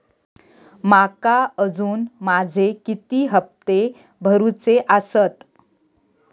माका अजून माझे किती हप्ते भरूचे आसत?